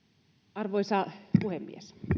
arvoisa puhemies